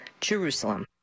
jerusalem